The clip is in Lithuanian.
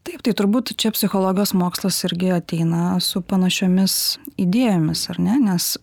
taip tai turbūt čia psichologijos mokslas irgi ateina su panašiomis idėjomis ar ne nes